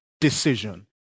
decision